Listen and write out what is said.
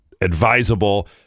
advisable